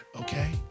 okay